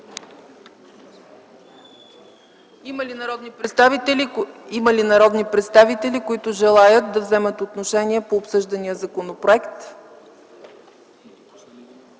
Има ли народни представители, които желаят да вземат отношение по обсъждания законопроект?